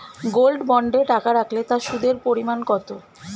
Gold বন্ডে টাকা রাখলে তা সুদের পরিমাণ কত?